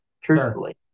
truthfully